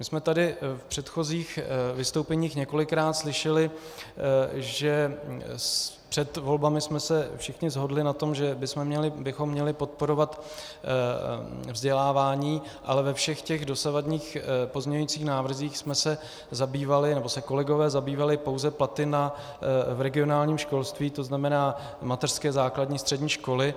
My jsme tady v předchozích vystoupeních několikrát slyšeli, že před volbami jsme se všichni shodli na tom, že bychom měli podporovat vzdělávání, ale ve všech dosavadních pozměňovacích návrzích jsme se zabývali, nebo se kolegové zabývali, pouze platy v regionálním školství, to znamená mateřské, základní, střední školy.